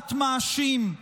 מבט מאשים,